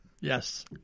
Yes